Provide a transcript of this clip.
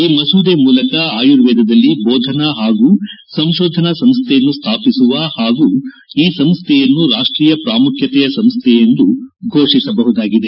ಈ ಮಸೂದೆ ಮೂಲಕ ಆಯುರ್ವೇದದಲ್ಲಿ ಬೋಧನಾ ಹಾಗೂ ಸಂಶೋಧನಾ ಸಂಸ್ಥೆಯನ್ನು ಸ್ಲಾಪಿಸುವ ಹಾಗೂ ಈ ಸಂಸ್ಥೆಯನ್ನು ರಾಷ್ಟೀಯ ಪ್ರಾಮುಖ್ಯತೆಯ ಸಂಸ್ಥೆಯೆಂದು ಘೋಷಿಸಬಹುದಾಗಿದೆ